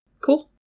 Cool